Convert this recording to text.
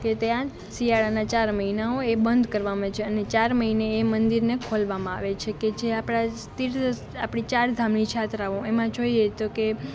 કે ત્યાં શિયાળાના ચાર મહિના હોય એ બંધ કરવામાં આવે છે અને ચાર મહિને એ મંદિરને ખોલવામાં આવે છે છે કે જે આપણાં તીર્થ આપણી ચાર ધામની જાત્રાઓ એમાં જોઈએ તો કે